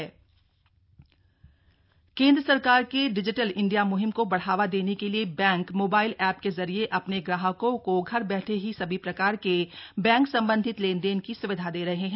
mobile bank केंद्र सरकार के डिजिटल इंडिया म्हिम को बढ़ावा देने के लिए बैंक मोबाइल ऐप के जरिए अपने ग्राहकों को घर बैठे ही सभी प्रकार के बैंक संबंधी लेनदेन की सुविधा दे रहे हैं